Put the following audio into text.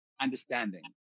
understanding